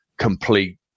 complete